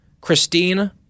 Christine